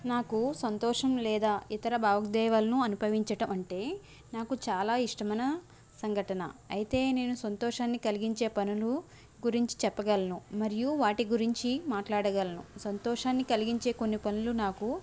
నాకు సంతోషం లేదా ఇతర భావోద్వేగాలను అనుభవించటం అంటే నాకు చాలా ఇష్టమైన సంఘటన అయితే నేను సంతోషాన్ని కలిగించే పనులు గురించి చెప్పగలను మరియు వాటి గురించి మాట్లాడగలను సంతోషాన్ని కలిగించే కొన్ని పనులు నాకు